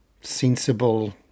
sensible